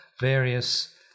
various